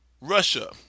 russia